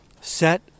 set